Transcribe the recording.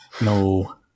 No